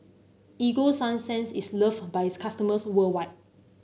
Ego Sunsense is loved by its customers worldwide